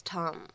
Tom